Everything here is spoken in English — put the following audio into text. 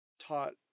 taught